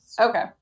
okay